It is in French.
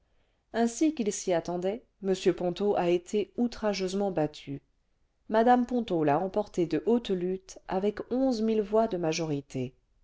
ainsi qu'il s'y attendait m ponto a été outrageusement battu mme ponto l'a emporté de haute lutte avec'onze mille voix de majorité